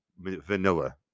vanilla